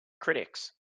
critics